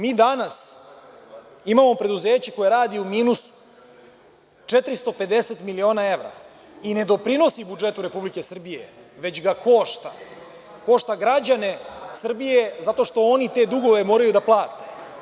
Mi danas imamo preduzeće koje radi u minusu 450 miliona evra i ne doprinosi budžetu Republike Srbije, već ga košta i košta građane Srbije zato što oni te dugove moraju da plate.